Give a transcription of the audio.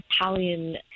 Italian